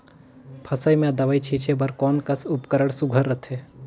फसल म दव ई छीचे बर कोन कस उपकरण सुघ्घर रथे?